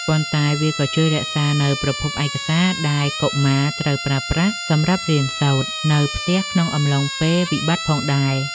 ប៉ុន្តែវាក៏ជួយរក្សានូវប្រភពឯកសារដែលកុមារត្រូវប្រើប្រាស់សម្រាប់រៀនសូត្រនៅផ្ទះក្នុងអំឡុងពេលវិបត្តិផងដែរ។